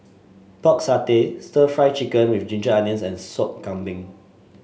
Pork Satay stir Fry Chicken with Ginger Onions and Sop Kambing